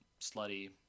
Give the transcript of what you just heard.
slutty